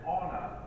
honor